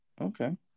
Okay